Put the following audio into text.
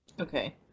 Okay